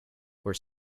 where